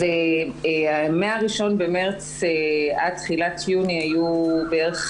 מה-1 במרץ עד תחילת יוני היו בערך